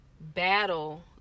battle